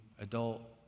adult